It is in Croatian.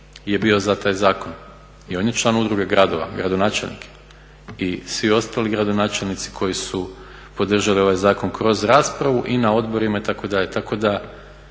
je bio za taj zakon. I on je član Udruge gradova, gradonačelnik je. I svi ostali gradonačelnici koji su podržali ovaj zakon kroz raspravu i na odborima itd.. Tako da